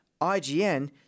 IGN